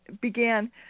began